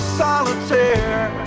solitaire